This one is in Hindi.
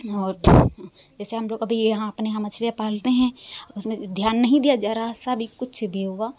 और जैसा हम लोग अभी यहाँ अपने यहाँ मछलियाँ पालते हैं और उसमें ध्यान नहीं दिया ज़रा सा भी कुछ भी हुआ